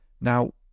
Now